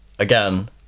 Again